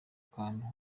kantu